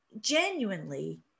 genuinely